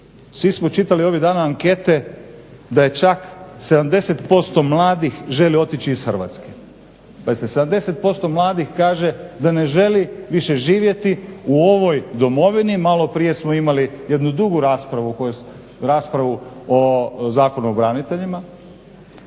Svi smo čitali ovih dana ankete da je čak 70% mladih želi otići iz Hrvatske, pa 70% mladih kaže da ne želi više živjeti u ovoj domovini, malo prije smo imali jednu dugu raspravu o Zakonu o braniteljima,